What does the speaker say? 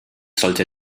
sollte